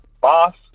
boss